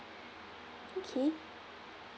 okay